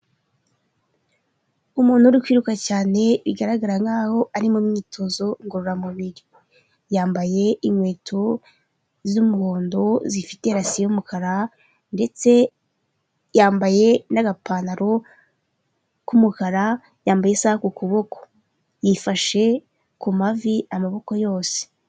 Umuntu uri kwiruka cyane, bigaragara nk'aho ari mu myitozo ngororamubiri, yambaye inkweto z'umuhondo zifite rasi y'umukara ndetse yambaye n'agapantaro k'umukara, yambaye isaha ku kuboko, yifashe ku mavi amaboko yose.